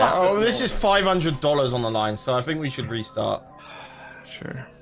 this is five hundred dollars on the line so i think we should restart sure.